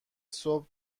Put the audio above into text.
صبح